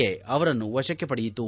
A ಅವರನ್ನು ವಶಕ್ತೆ ಪಡೆಯಿತು